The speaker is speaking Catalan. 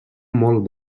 molt